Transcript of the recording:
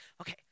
okay